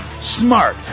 smart